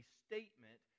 statement